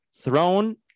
throne